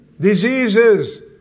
diseases